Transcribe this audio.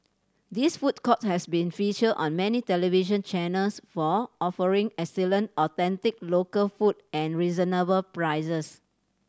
this food court has been featured on many television channels for offering excellent authentic local food at reasonable prices